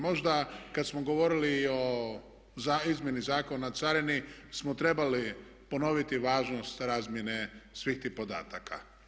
Možda kad smo govorili i o izmjeni Zakona o carini smo trebali ponoviti važnost razmjene svih tih podataka.